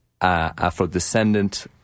Afro-Descendant